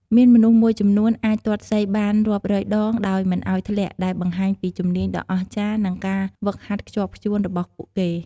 មានមនុស្សមួយចំនួនអាចទាត់សីបានរាប់រយដងដោយមិនឱ្យធ្លាក់ ដែលបង្ហាញពី ជំនាញដ៏អស្ចារ្យ និងការហ្វឹកហាត់ខ្ជាប់ខ្ជួនរបស់ពួកគេ។